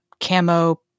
camo